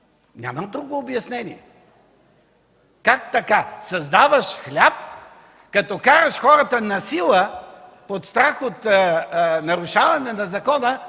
Нямам друго обяснение. Как така – създаваш хляб, като караш хората насила под страх от нарушаване на закона